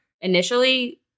initially